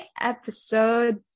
Episode